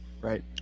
right